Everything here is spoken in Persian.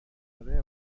اره